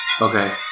Okay